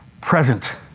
present